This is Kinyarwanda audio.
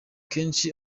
kenshi